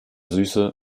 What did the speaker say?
süße